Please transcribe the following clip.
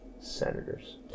Senators